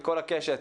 מכל הקשת,